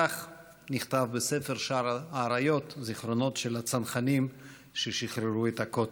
כך נכתב בספר "שער האריות" זיכרונות של הצנחנים ששחררו את הכותל.